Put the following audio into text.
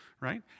right